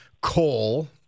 coal